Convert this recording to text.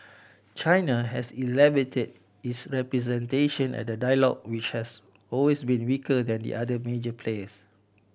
China has elevated its representation at the dialogue which has always been weaker than the other major players